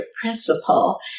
principle